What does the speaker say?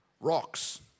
rocks